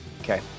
Okay